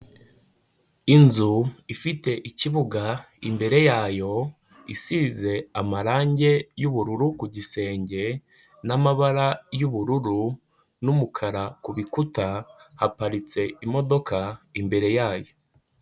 Inzu ifite ikibuga imbere yayo, isize amarange y'ubururu ku gisenge n'amabara y'ubururu n'umukara ku bikuta, haparitse imodoka imbere yayo.